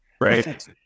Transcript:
Right